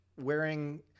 wearing